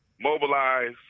Mobilize